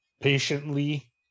patiently